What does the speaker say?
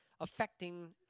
affecting